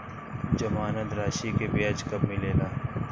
जमानद राशी के ब्याज कब मिले ला?